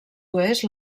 oest